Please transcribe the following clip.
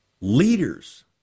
leaders